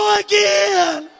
again